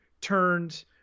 turned